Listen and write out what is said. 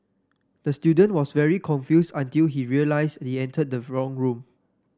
the student was very confused until he realised he entered the wrong room